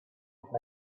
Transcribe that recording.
night